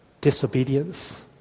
disobedience